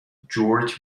georg